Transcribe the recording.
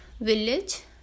village